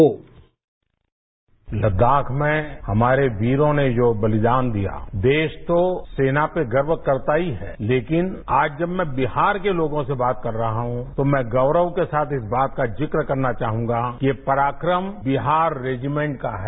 bite Ladakh में हमारे वीरों ने जो बलिदान दिया देश तो सेना पर गर्व करता ही है लेकिन आज जब मैं बिहार के लोगों से बात कर रहा हूं तो मैं गौरव के साथ इस बात की जिक्र करना चाहूंगा कि ये पराक्रम बिहार रेजिमेंट का है